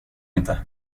inte